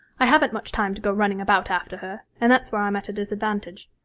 i haven't much time to go running about after her, and that's where i'm at a disadvantage.